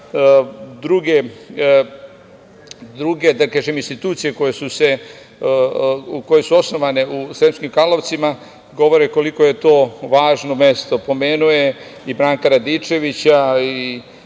druge institucije koje su osnovane u Sremskim Karlovcima govore koliko je to važno mesto. Pomenuo je i Branka Radičevića